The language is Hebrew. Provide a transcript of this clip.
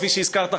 כפי שהזכרת,